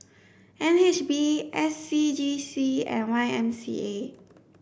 N H B S C G C and Y M C A